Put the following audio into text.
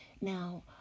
Now